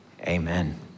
Amen